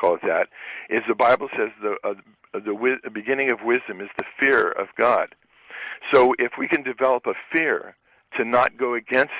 call it that is the bible says the other with the beginning of wisdom is the fear of god so if we can develop a fear to not go against